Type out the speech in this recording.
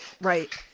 Right